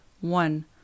one